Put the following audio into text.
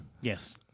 Yes